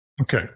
Okay